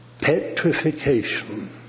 petrification